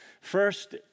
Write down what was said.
First